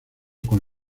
con